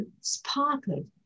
sparkled